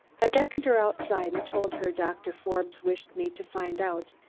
i beckoned her outside and told her doctor forbes wished me to find out,